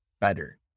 better